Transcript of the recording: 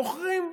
מוכרים.